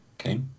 Okay